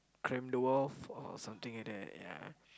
Cram-The-Walls or something like that ya